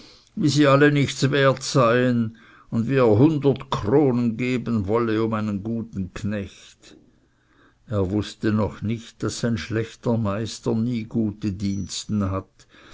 wie sie alle nichts wert seien und wie er hundert kronen geben wollte um einen guten knecht er wußte noch nicht daß ein schlechter meister nie gute diensten hat